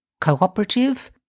cooperative